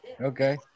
Okay